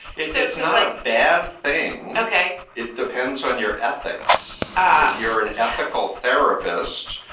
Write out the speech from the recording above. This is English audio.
it's it's not a bad thing. ok, it depends on your ethics. if you're an ethical therapist,